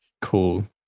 Cool